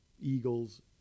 eagles